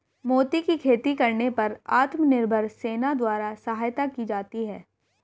मोती की खेती करने पर आत्मनिर्भर सेना द्वारा सहायता की जाती है